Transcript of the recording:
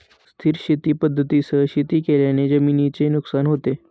अस्थिर शेती पद्धतींसह शेती केल्याने जमिनीचे नुकसान होते